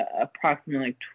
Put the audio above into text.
approximately